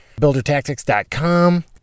Buildertactics.com